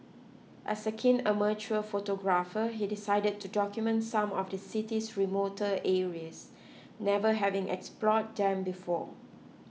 as a keen amateur photographer he decided to document some of the city's remoter areas never having explored them before